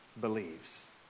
believes